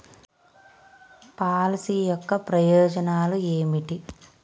Policy యొక్క ప్రయోజనాలు ఏమిటి?